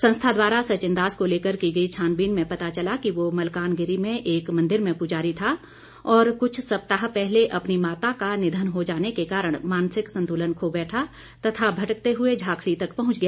संस्था द्वारा सचिनदास को लेकर की गई छानवीन में पता चला की वह मलकानगिरी में एक मंदिर में पूजारी था और कुछ सप्ताह पहले अपनी माता का निधन हो जाने के कारण मानसिक संतुलन खो बैठा तथा भटकते हुए झाकड़ी तक पहुंच गया